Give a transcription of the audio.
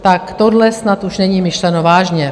Tak tohle snad už není myšleno vážně.